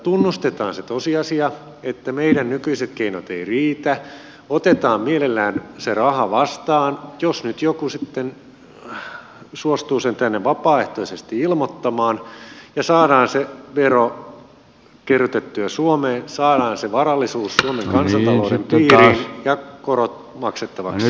tunnustetaan tosiasia että meidän nykyiset keinot eivät riitä otetaan mielellään se raha vastaan jos nyt joku sitten suostuu sen tänne vapaaehtoisesti ilmoittamaan ja saadaan se vero kerrytettyä suomeen saadaan se varallisuus suomen kansantalouden piiriin ja korot maksettavaksi